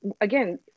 again